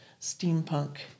steampunk